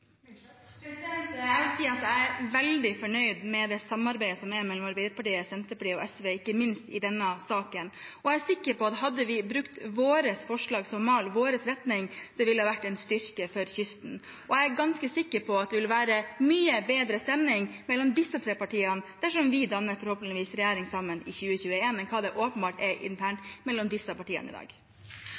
Jeg er veldig fornøyd med samarbeidet mellom Arbeiderpartiet, Senterpartiet og SV i denne saken. Jeg er sikker på at hvis man hadde brukt våre forslag og vår retning som mal, ville det ha vært en styrke for kysten. Jeg er ganske sikker på at det vil være mye bedre stemning mellom disse tre partiene dersom vi – forhåpentligvis – danner regjering sammen i 2021, enn det åpenbart er mellom dagens regjeringspartier. Replikkordskifte er omme. Vi behandler i dag